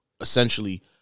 essentially